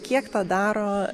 kiek tą daro